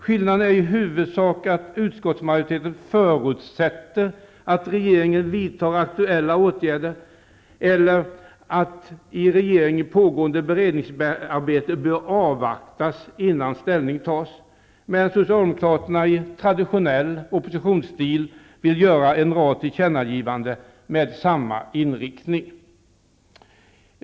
Skillnaden är i huvudsak att utskottsmajoriteten förutsätter att regeringen vidtar aktuella åtgärder eller att i regeringen pågående beredningsarbete bör avvaktas innan ställning tas, medan socialdemokraterna i traditionell oppositionsstil vill göra en rad tillkännagivanden med samma inriktning.